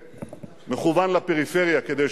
כלומר,